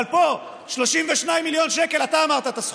אבל פה, 32 מיליון שקל, אתה אמרת את הסכום,